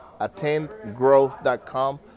attendgrowth.com